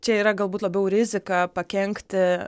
čia yra galbūt labiau rizika pakenkti